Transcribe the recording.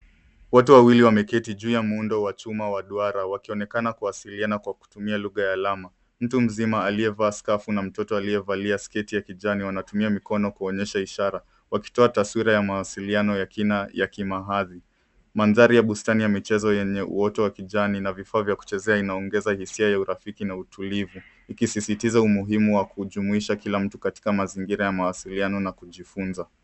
Watu wawili wameketi juu ya muundo wa chuma wa duara wakionekana kuwasiliana kwa kutumia lugha ya alama. Mtu mzima aliyevaa skafu na mtoto aliyevalia sketi ya kijani wanatumia mikono kuonyesha ishara. Wakitoa taswira ya mawasiliano ya kina ya kimahali. Mandhari ya bustani ya michezo yenye uoto wa kijani na vifaa vya kuchezea inaongezea hisia ya urafiki na utulivu ikisisitiza umuhimu wa kujumuisha kila mtu katika mazingira ya mawasiliano na kujifunza.